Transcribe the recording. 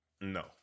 No